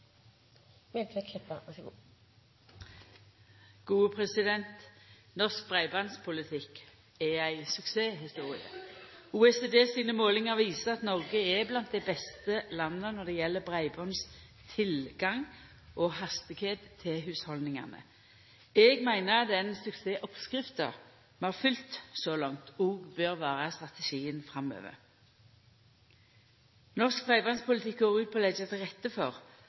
ei suksesshistorie. OECD sine målingar viser at Noreg er blant dei beste landa når det gjeld breibandstilgang og hastigheit til hushalda. Eg meiner den suksessoppskrifta vi har følgt så langt, òg bør vera strategien framover. Norsk breibandspolitikk går ut på å leggja til rette for